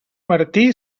martí